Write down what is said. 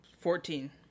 Fourteen